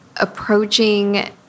approaching